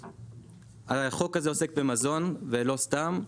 החוק הזה עוסק במזון ולא סתם.